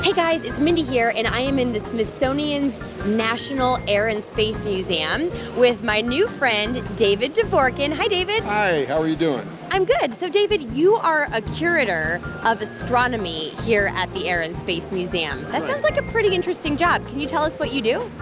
guys, it's mindy here, and i am in the smithsonian's national air and space museum with my new friend david devorkin. hi, david hi, how are you doing? i'm good. so, david, you are a curator of astronomy here at the air and space that sounds like a pretty interesting job. can you tell us what you do?